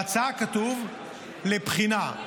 בהצעה כתוב, לבחינה.